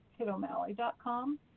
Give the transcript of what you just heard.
kidomalley.com